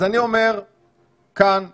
אז אני אומר כאן לממשלה,